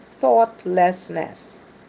thoughtlessness